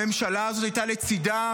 הממשלה הזאת הייתה לצידם,